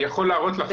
אני יכול להראות לך,